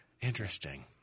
Interesting